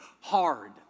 hard